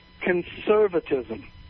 conservatism